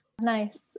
nice